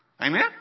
Amen